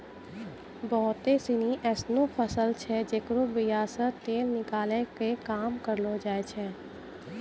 बहुते सिनी एसनो फसल छै जेकरो बीया से तेल निकालै के काम करलो जाय छै